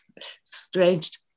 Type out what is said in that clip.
strange